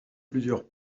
plusieurs